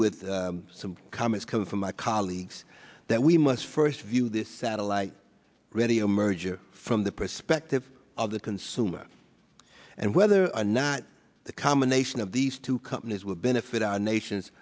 with some comments coming from my colleagues that we must first view this satellite radio merger from the perspective of the consumer and whether or not the combination of these two companies will benefit our nation